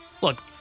Look